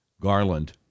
Garland